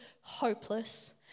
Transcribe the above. hopeless